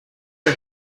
are